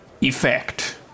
effect